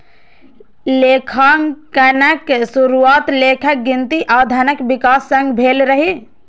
लेखांकनक शुरुआत लेखन, गिनती आ धनक विकास संग भेल रहै